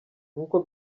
nkuko